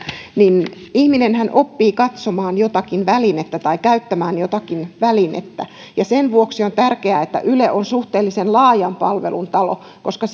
niin ihminenhän oppii katsomaan jotakin välinettä tai käyttämään jotakin välinettä sen vuoksi on tärkeää että yle on suhteellisen laajan palvelun talo koska